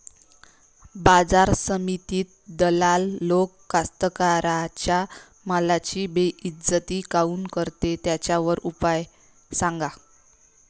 बाजार समितीत दलाल लोक कास्ताकाराच्या मालाची बेइज्जती काऊन करते? त्याच्यावर उपाव सांगा